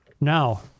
Now